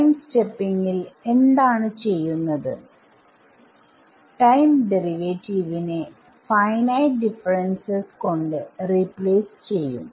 time സ്റ്റെപ്പിങ്ങിൽ എന്താണ് ചെയ്യുന്നത് ടൈം ഡെറിവേറ്റീവ്നെ ഫൈനൈറ്റ് ഡിഫറെൻസെസ് കൊണ്ട് റീപ്ലേസ് ചെയ്യും